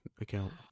account